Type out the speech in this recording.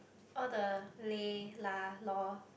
all the leh lah loh